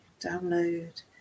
download